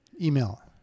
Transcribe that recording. email